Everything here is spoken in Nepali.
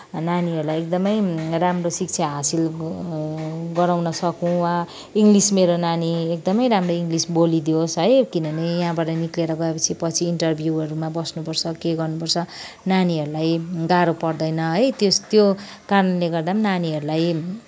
नानीहरूलाई एकदमै राम्रो शिक्षा हासिल गराउन सकौँ वा इङ्लिस मेरो नानी एकदमै राम्रो इङ्लिस बोलिदियोस् है किनभने यहाँबाट निक्लिएर गएपछि पछि इन्टरभ्यूहरूमा बस्नु पर्छ के गर्नु पर्छ नानीहरूलाई गाह्रो पर्दैन है त्यस्तो त्यो कारणले गर्दा पनि नानीहरूलाई